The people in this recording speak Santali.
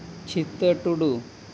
ᱪᱷᱤᱛᱟᱹ ᱴᱩᱰᱩ